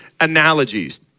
analogies